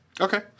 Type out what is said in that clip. Okay